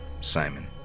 Simon